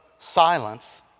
Silence